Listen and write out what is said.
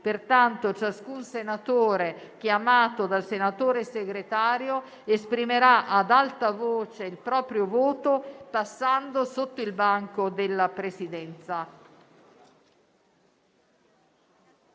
Pertanto, ciascun senatore chiamato dal senatore Segretario esprimerà ad alta voce il proprio voto passando sotto il banco della Presidenza.